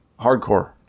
hardcore